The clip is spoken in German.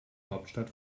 hauptstadt